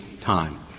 time